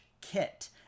kit